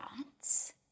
thoughts